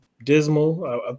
dismal